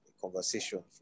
Conversation